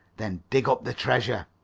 then dig up the treasure.